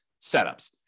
setups